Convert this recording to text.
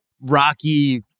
rocky